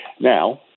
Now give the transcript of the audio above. Now